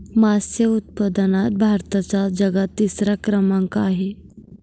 मासे उत्पादनात भारताचा जगात तिसरा क्रमांक आहे